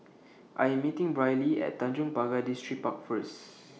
I Am meeting Brylee At Tanjong Pagar Distripark First